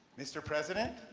mr. president,